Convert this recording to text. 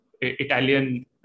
Italian